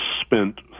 spent